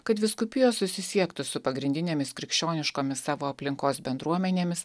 kad vyskupijos susisiektų su pagrindinėmis krikščioniškomis savo aplinkos bendruomenėmis